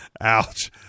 Ouch